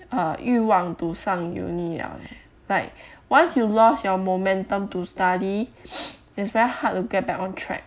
err 欲望 to 上 uni 了 like once you lost your momentum to study it's very hard to get back on track